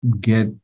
get